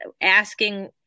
asking